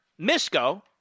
Misco